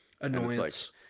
Annoyance